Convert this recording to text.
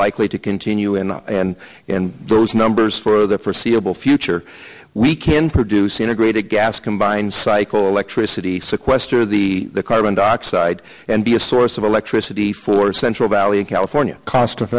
likely to continue and and and those numbers for the forseeable future we can produce integrated gas combined cycle electricity sequester the carbon dioxide and be a source of electricity for the central valley of california cost